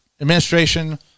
administration